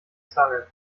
zange